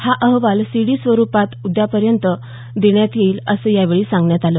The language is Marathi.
हा अहवाल सीडी स्वरूपात उद्यापर्यंत देण्यात येईल असं यावेळी सांगण्यात आलं